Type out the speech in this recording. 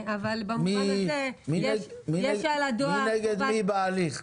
מי בהליך?